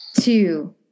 Two